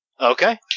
Okay